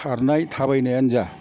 खारनाय थाबायनायानो जा